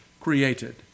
created